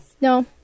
no